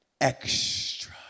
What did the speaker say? extra